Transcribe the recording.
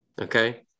Okay